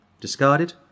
discarded